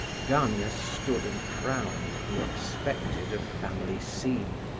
gania stood and frowned, he expected a family scene.